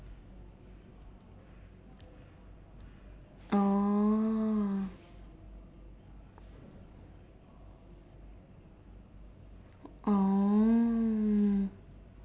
oh oh